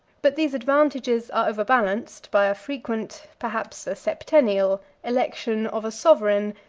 but these advantages are overbalanced by a frequent, perhaps a septennial, election of a sovereign,